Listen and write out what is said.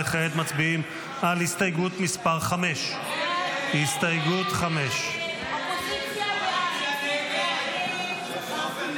וכעת מצביעים על הסתייגות מס' 5. הסתייגות 5. הסתייגות 5 לא